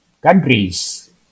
countries